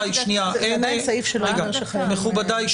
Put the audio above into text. אני